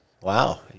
Wow